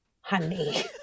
honey